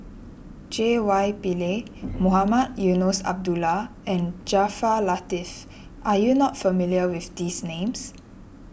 J Y Pillay Mohamed Eunos Abdullah and Jaafar Latiff are you not familiar with these names